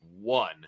One